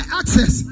access